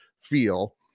feel